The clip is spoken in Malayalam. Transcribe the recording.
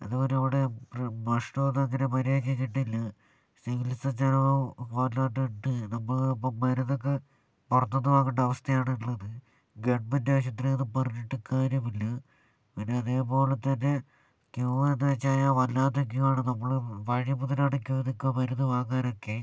അതുപോലെ ഇവിടെ ഭക്ഷണമൊന്നും അങ്ങനെ മര്യാദയ്ക്ക് കിട്ടില്ല ചികിത്സ ചിലവ് തോളിലൊട്ടിട്ട് നമ്മളെ മരുന്നൊക്കെ പുറത്തുന്ന് വാങ്ങണ്ട അവസ്ഥയാണുള്ളത് ഗവൺമെൻറ്റ് ആശുത്രിയാണ് പറഞ്ഞിട്ട് കാര്യമില്ല പിന്നെ അതേപോലതന്നെ ക്യു എന്ന് വെച്ച് കഴിഞ്ഞാൽ വല്ലാത്ത ക്യു ആണ് നമ്മള് വഴി മുതലവിടെ ക്യു നിൽക്കുവാണ് മരുന്ന് വാങ്ങാനൊക്കെ